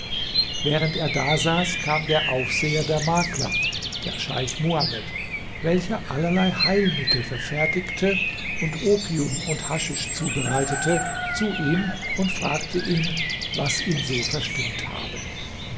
während er dasaß kam der aufseher der makler der scheich muhamed welcher allerlei heilmittel verfertigte und opium und haschisch zubereitete zu ihm und fragte ihn was ihn so verstimmt habe